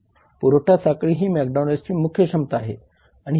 पुरवठा साखळी ही मॅकडोनाल्डची मुख्य क्षमता आहे